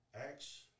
Acts